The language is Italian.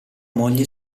moglie